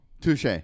Touche